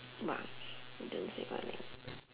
!wah! they don't speak my language